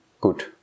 good